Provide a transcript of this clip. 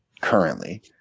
currently